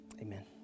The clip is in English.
amen